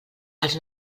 els